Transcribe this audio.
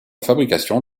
fabrication